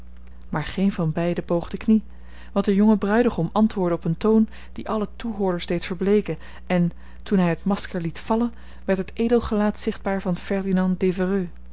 maar geen van beiden boog de knie want de jonge bruidegom antwoordde op een toon die alle toehoorders deed verbleeken en toen hij het masker liet vallen werd het edel gelaat zichtbaar van ferdinand